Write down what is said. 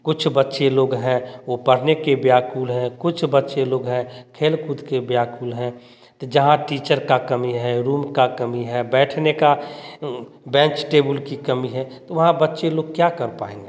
कुछ बच्चे लोग हैं वो पढ़ने के व्याकुल है कुछ बच्चे लोग हैं खेल खुद के व्याकुल है जहाँ टीचर का कमी है रूम का कमी है बैठने का बैंच टेबुल की कमी है वहाँ बच्चे लोग क्या कर पाएँगे